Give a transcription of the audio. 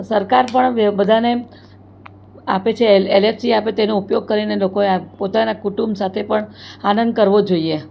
સરકાર પણ વ્ય બધાને આપે છે એલએચસી આપે તેનો ઉપયોગ કરીને લોકોએ આ પોતાના કુટુંબ સાથે પણ આનંદ કરવો જોઈએ